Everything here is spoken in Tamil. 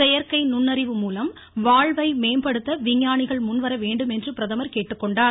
செயற்கை நுண்ணறிவுமூலம் வாழ்வை மேம்படுத்த விஞ்ஞானிகள் முன்வரவேண்டும் என்று பிரதமர் கேட்டுக்கொண்டார்